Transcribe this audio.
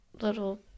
little